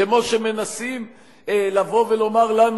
כמו שמנסים לומר לנו,